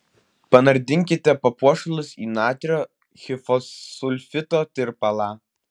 panardinkite papuošalus į natrio hiposulfito tirpalą